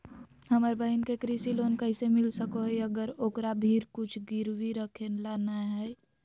हमर बहिन के कृषि लोन कइसे मिल सको हइ, अगर ओकरा भीर कुछ गिरवी रखे ला नै हइ?